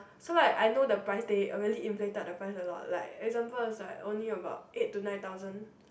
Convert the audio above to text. so like I know the price they already inflated the price a lot like for example like only about eight to nine thousand